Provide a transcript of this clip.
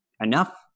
enough